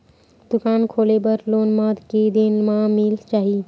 दुकान खोले बर लोन मा के दिन मा मिल जाही?